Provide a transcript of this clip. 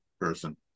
person